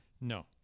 No